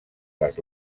les